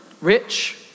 rich